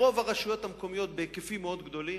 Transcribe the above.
ברוב הרשויות המקומיות, בהיקפים מאוד גדולים,